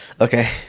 Okay